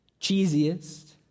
cheesiest